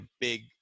big